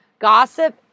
Gossip